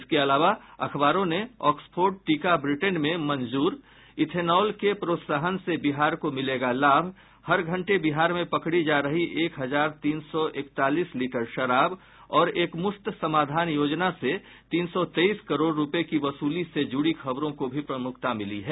इसके अलावा अखबारों ने ऑक्सफोर्ड टीका ब्रिटेन में मंजूर इथेनॉल के प्रोत्साहन से बिहार को मिलेगा लाभ हर घंटे बिहार में पकड़ी जा रही एक हजार तीन सौ इकतालीस लीटर शराब और एकमुश्त समाधान योजना से तीन सौ तेईस करोड़ रूपये की वसूली से जुड़ी खबरों को भी प्रमुखता मिली है